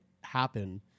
happen